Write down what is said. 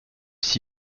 aussi